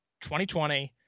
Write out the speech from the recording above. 2020